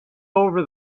over